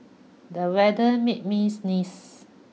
the weather made me sneeze